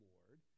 Lord